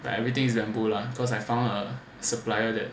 like everything is bamboo lah lah cause I found a supplier that